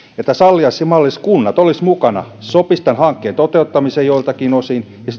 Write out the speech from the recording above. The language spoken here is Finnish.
ja tässä allianssimallissa kunnat olisivat mukana se sopisi tämän hankkeen toteuttamiseen joiltakin osin ja